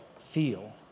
feel